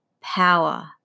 power